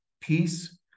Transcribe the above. peace